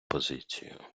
позицію